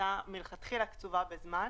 הייתה מלכתחילה קצובה בזמן.